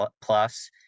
plus